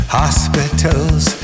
hospitals